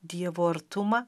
dievo artumą